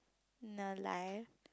no life